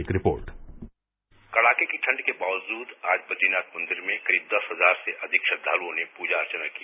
एक रिपोर्ट कड़ाके की ठंड के बावजूद आज बद्रीनाथ मंदिर में करीब दस हजार से अधिक श्रद्वालुओं ने पूजा अर्चना की